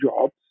jobs